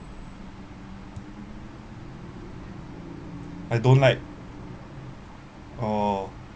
I don't like oh